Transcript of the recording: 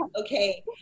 Okay